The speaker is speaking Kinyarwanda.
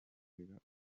ubuyobozi